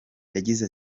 yagize